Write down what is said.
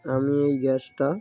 আমি এই গ্যাসটা